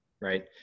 Right